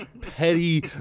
petty